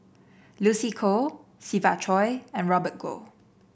Lucy Koh Siva Choy and Robert Goh